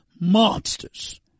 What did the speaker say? monsters